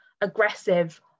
aggressive